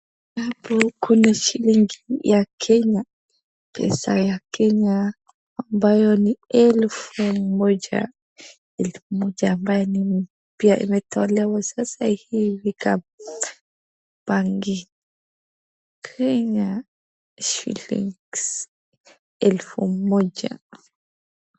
Hapa kuna shilingi ya Kenya, pesa ya Kenya ambaye ni elfu moja, elfu moja ambaye ni mpya imetolewa sasa hivi kwa benki, Kenya shillings elfu moja.